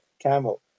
camel